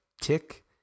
tick